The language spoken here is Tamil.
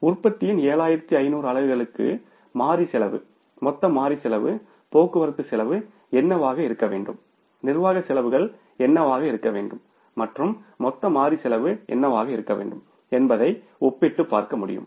எனவே உற்பத்தியின் 7500 அலகுகளுக்கு மாறி செலவு மொத்த மாறி செலவு போக்குவரத்துக்கு செலவு என்னவாக இருக்க வேண்டும் நிர்வாக செலவுகள் என்னவாக இருக்க வேண்டும் மற்றும் மொத்த மாறி செலவு என்னவாக இருக்க வேண்டும் என்பதை ஒப்பிட்டுப் பார்க்க முடியும்